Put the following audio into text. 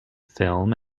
film